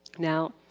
now,